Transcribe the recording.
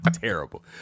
terrible